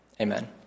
Amen